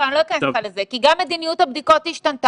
אני לא אכנס איתך לזה כי גם מדיניות הבדיקות השתנתה.